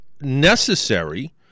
necessary